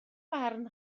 barn